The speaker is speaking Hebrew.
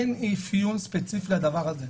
אין אפיון ספציפי לזה.